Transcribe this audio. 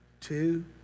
two